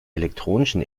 elektronischen